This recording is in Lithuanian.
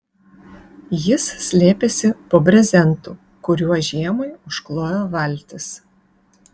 jis slėpėsi po brezentu kuriuo žiemai užkloja valtis